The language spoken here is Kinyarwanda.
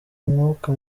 umwuka